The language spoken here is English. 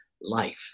life